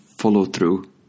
follow-through